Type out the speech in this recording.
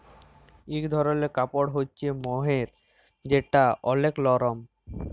ইক ধরলের কাপড় হ্য়চে মহের যেটা ওলেক লরম